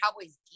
Cowboys